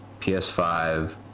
PS5